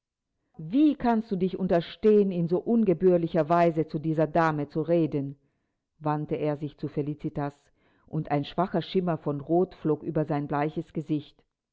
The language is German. wie kannst du dich unterstehen in so ungebührlicher weise zu dieser dame zu reden wandte er sich zu felicitas und ein schwacher schimmer von rot flog über sein bleiches gesicht